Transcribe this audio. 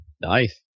Nice